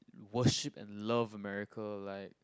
worship and love America like